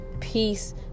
peace